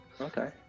okay